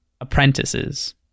apprentices